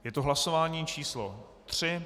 Je to hlasování číslo 3.